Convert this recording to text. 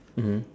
mmhmm